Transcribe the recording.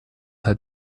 had